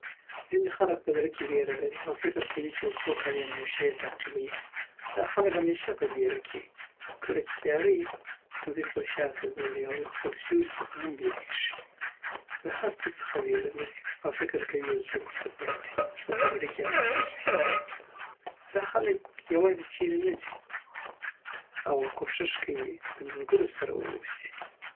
ځینی خلک په زړه کی ویره لری او فکر کوی چی یو څوک او یاهم یو شی یی تعقیبوی. دا خلک همیشه په بیره کی وی. کله چی تیاره وی نو دوی خپل شاته ګوری او له خپل سیوری څخه هم بیریږی. د هرڅه څخه ویره لری او فکر کوی یو څوک ورته پټ دی او په زړه کی یی ترس وی. دا خلک یوازی چیری نه ځی اوکوښښ کوی د ملګرو سره واوسی.